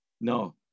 No